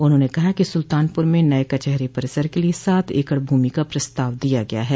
उन्होंने कहा कि सुल्तानपुर में नये कचेहरी परिसर के लिये सात एकड भूमि का प्रस्ताव दिया गया है